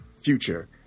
future